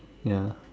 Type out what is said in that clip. ya